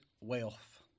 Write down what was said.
wealth